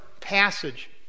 passage